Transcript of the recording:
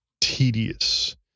tedious